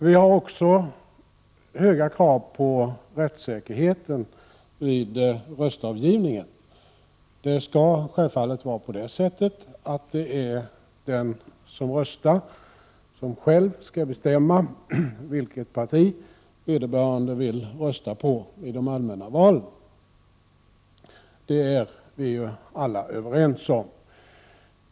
Vi har också höga krav på rättssäkerheten vid röstavgivningen. Det skall självfallet vara så att det är den som röstar som själv skall bestämma vilket parti han skall rösta på i de allmänna valen. Det är vi ju alla överens om.